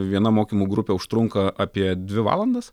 viena mokymų grupė užtrunka apie dvi valandas